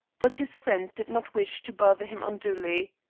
but his friend did not wish to bother him unduly.